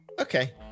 Okay